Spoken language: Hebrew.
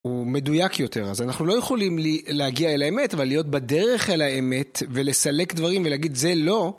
הוא מדויק יותר, אז אנחנו לא יכולים להגיע אל האמת, אבל להיות בדרך אל האמת ולסלק דברים ולהגיד זה לא.